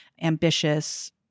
ambitious